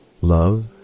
love